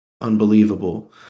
unbelievable